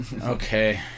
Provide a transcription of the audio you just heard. Okay